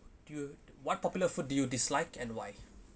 dude what popular food did you dislike and why